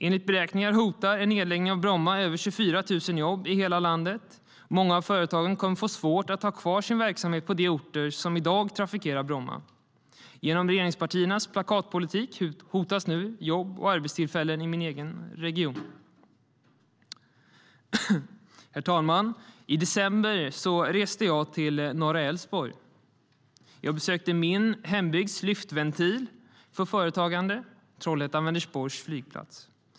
Enligt beräkningar hotar en nedläggning av Bromma flygplats över 24 000 jobb i hela landet. Många av företagen kommer att få svårt att ha kvar sin verksamhet på de orter som i dag trafikerar Bromma. Genom regeringspartiernas plakatpolitik hotas nu jobb och arbetstillfällen i min egen region. Herr talman! I december reste jag till norra Älvsborg. Jag besökte min hembygds luftventil för företagande: Trollhättan-Vänersborgs flygplats.